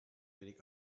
wenig